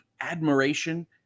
admiration